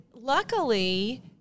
luckily